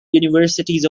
universities